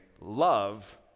love